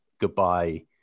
goodbye